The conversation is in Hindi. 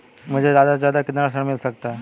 मुझे ज्यादा से ज्यादा कितना ऋण मिल सकता है?